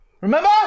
Remember